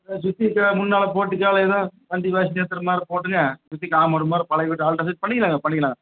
சுற்றி தான் முன்னால் போர்ட்டிகோவில எதுவும் வண்டி வசதி ஏற்றுற மாதிரி போட்டுங்க சுற்றி காம்பௌண்ட் மாதிரி பழைய வீடு ஆல்ட்ரேஷன் பண்ணி நாங்கள் பண்ணிக்கலாங்க